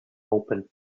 open